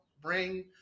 bring